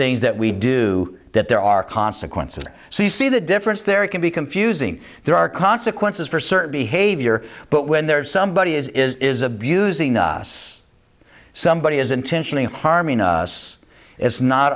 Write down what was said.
things that we do that there are consequences and so you see the difference there can be confusing there are consequences for certain behavior but when there is somebody is is abusing us somebody is intentionally harming us it's not